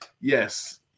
yes